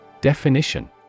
Definition